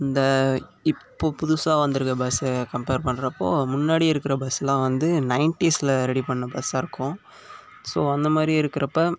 இந்த இப்போ புதுசாக வந்திருக்க பஸ்ஸை கம்ப்பேர் பண்ணுறப் போது முன்னாடி இருக்கிற பஸ்ஸெல்லாம் வந்து நயன்டீஸ்சில் ரெடி பண்ண பஸ்ஸாக இருக்கும் ஸோ அந்த மாதிரி இருக்கிறப்ப